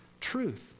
truth